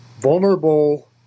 vulnerable